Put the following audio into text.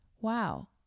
Wow